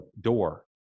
door